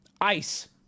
Ice